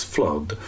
Flood